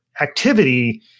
activity